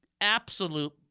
absolute